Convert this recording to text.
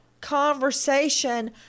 conversation